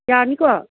ꯌꯥꯅꯤꯀꯣ